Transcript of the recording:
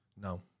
No